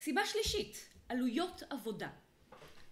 סיבה שלישית, עלויות עבודה